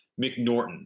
mcnorton